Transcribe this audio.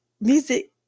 music